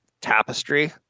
tapestry